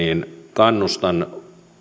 kannustan